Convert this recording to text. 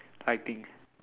lighting